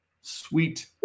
Sweet